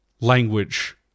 language